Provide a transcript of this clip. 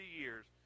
years